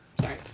Sorry